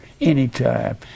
anytime